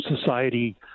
society